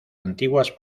antiguas